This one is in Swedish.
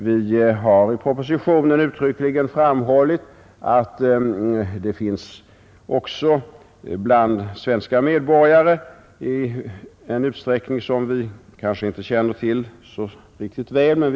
Vi har i propositionen uttryckligen framhållit att det också bland svenska medborgare finns alldeles för mycket illegala vapen i omlopp.